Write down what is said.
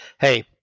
hey